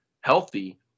healthy